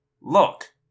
Look